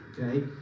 okay